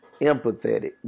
empathetic